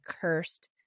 cursed